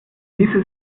ließe